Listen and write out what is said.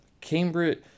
Cambridge